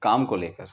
کام کو لے کر